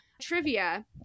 trivia